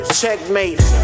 checkmate